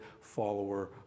follower